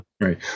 Right